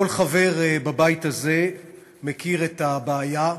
כל חבר בבית הזה מכיר את הבעיה,